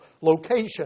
location